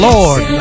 Lord